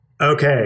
Okay